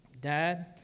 Dad